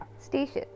Station